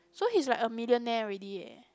so he is like a millionaire already eh